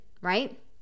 right